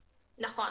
נכון.